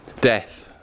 death